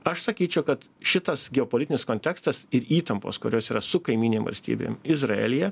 aš sakyčiau kad šitas geopolitinis kontekstas ir įtampos kurios yra su kaimynėm valstybėm izraelyje